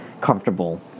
comfortable